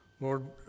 Lord